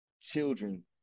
children